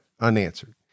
unanswered